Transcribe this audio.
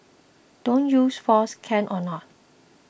don't use force can or not